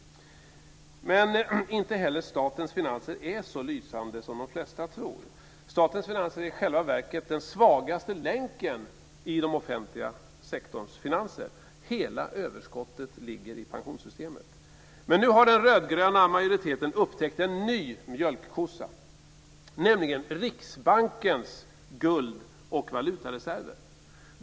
Men inte heller statens finanser är så lysande som de flesta tror. Statens finanser är i själva verket den svagaste länken i den offentliga sektorns finanser. Hela överskottet ligger i pensionssystemet. Men nu har den rödgröna majoriteten upptäckt en ny mjölkkossa, nämligen Riksbankens guld och valutareserver.